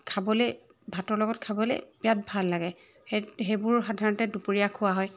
খাবলৈ ভাতৰ লগত খাবলৈ বিৰাট ভাল লাগে সেই সেইবোৰ সাধাৰণতে দুপৰীয়া খোৱা হয়